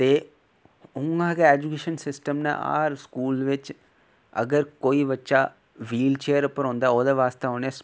ते उं'आ गै एजूकेशन सिस्टम नै हर स्कूल बिच अगर कोई बच्चा ब्हीलचेयर पर आंदा ऐ ओह्दे आस्तै उ'नें